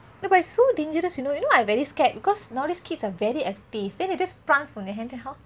no but it's so dangerous you know you know I very scared because nowadays kids are very active then they just prance from their hands then how